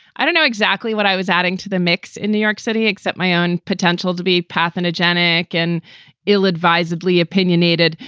i don't know exactly what i was adding to the mix in new york city, except my own potential to be parthenogenetic and ill, advisedly opinionated.